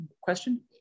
question